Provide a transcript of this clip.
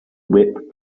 whip